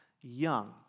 young